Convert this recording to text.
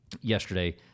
yesterday